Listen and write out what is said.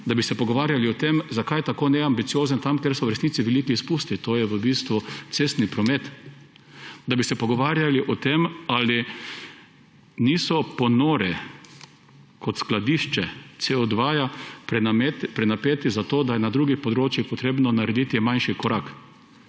da bi se pogovarjali o tem, zakaj je tako neambiciozen tam, kjer so v resnici veliki izpusti, to je v bistvu cestni promet. Da bi se pogovarjali o tem, ali niso ponori kot skladišče CO2 prenapeti zato, da je na drugih področjih potrebno narediti manjši korak.